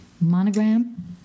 monogram